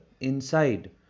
inside